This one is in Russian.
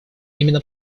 именно